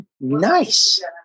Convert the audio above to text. Nice